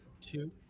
two